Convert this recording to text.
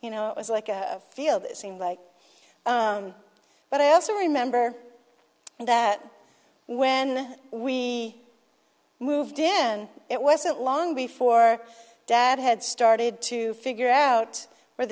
you know it was like a field this seemed like but i also remember that when we moved in it wasn't long before dad had started to figure out where